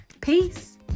Peace